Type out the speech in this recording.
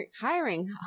hiring